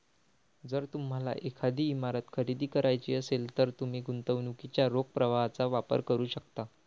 जर तुम्हाला एखादी इमारत खरेदी करायची असेल, तर तुम्ही गुंतवणुकीच्या रोख प्रवाहाचा वापर करू शकता